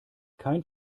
kein